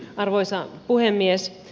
arvoisa puhemies